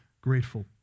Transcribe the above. grateful